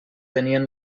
tenien